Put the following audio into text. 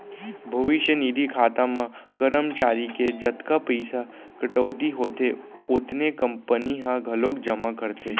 भविस्य निधि खाता म करमचारी के जतका पइसा कटउती होथे ओतने कंपनी ह घलोक जमा करथे